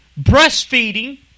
breastfeeding